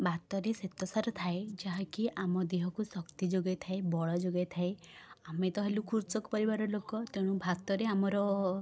ଭାତରେ ଶ୍ୱେତସାର ଥାଏ ଯାହାକି ଆମ ଦେହକୁ ଶକ୍ତି ଯୋଗାଇଥାଏ ବଳ ଯୋଗାଇଥାଏ ଆମେ ତ ହେଲୁ କୃଷକ ପରିବାରର ଲୋକ ତେଣୁ ଭାତରେ ଆମର